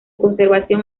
conservación